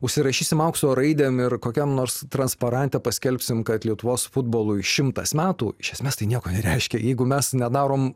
užsirašysim aukso raidėm ir kokiam nors transparante paskelbsim kad lietuvos futbolui šimtas metų iš esmės tai nieko nereiškia jeigu mes nedarom